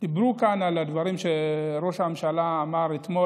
דיברו כאן על הדברים שראש הממשלה אמר אתמול.